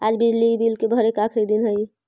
आज बिजली के बिल भरे के आखिरी दिन हई